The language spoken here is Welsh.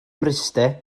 mryste